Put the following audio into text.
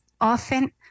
often